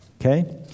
Okay